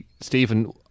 Stephen